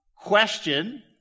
Question